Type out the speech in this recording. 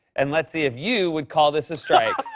and let's see if you would call this a strike.